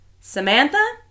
Samantha